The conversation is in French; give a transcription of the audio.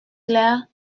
clair